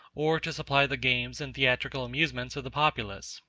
or to supply the games and theatrical amusements of the populace.